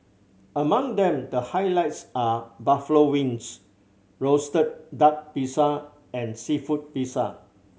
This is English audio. among them the highlights are buffalo wings roasted duck pizza and seafood pizza